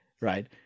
right